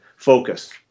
focus